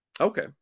Okay